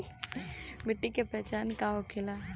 मिट्टी के पहचान का होखे ला?